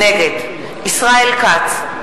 נגד ישראל כץ,